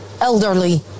elderly